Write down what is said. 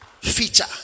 feature